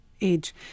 age